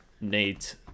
Nate